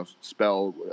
spell